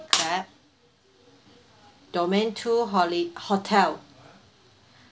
clap domain two holi~ hotel